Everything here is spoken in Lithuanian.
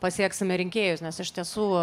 pasieksime rinkėjus nes iš tiesų